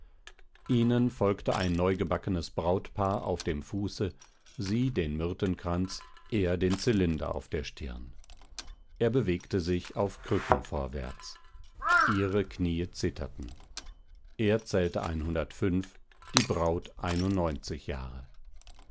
ihnen folgte ein neugebackenes brautpaar auf dem fuße sie den myrthenkranz er den zylinder auf der stirn er bewegte sich auf krücken vorwärts ihre knie zitterten er zählte die braut jahre